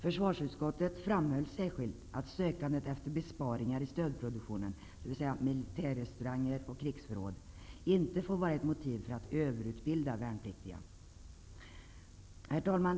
Försvarsutskottet framhöll särskilt att sökandet efter besparingar i stödproduktionen, dvs. militärrestauranger och krigsförråd, inte får vara ett motiv för att överutbilda värnpliktiga. Herr talman!